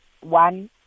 one